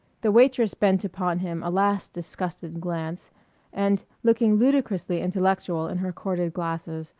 the waitress bent upon him a last disgusted glance and, looking ludicrously intellectual in her corded glasses,